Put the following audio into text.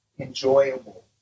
enjoyable